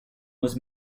was